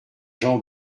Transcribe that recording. jean